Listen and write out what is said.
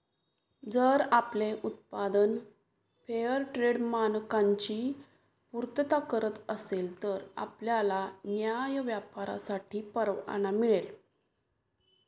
जर आपले उत्पादन फेअरट्रेड मानकांची पूर्तता करत असेल तर आपल्याला न्याय्य व्यापारासाठी परवाना मिळेल